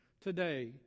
today